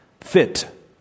fit